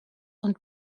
und